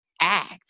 act